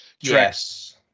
yes